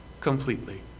completely